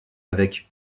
avec